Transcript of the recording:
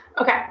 Okay